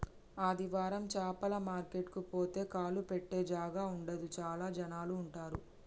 ఆదివారం చాపల మార్కెట్ కు పోతే కాలు పెట్టె జాగా ఉండదు చాల జనాలు ఉంటరు